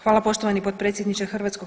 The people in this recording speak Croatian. Hvala poštovani potpredsjedniče HS.